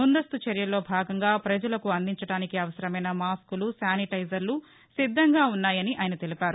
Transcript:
ముందస్తు చర్యల్లో భాగంగా ప్రపజలకు అందించడానికి అవసరమైన మాస్కులు శానిటైజర్లు సిద్దంగా పున్నాయని ఆయన తెలిపారు